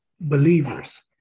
believers